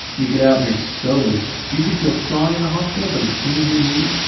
you get out and you're so weak, you can feel strong in the hospital, but as soon as you leave,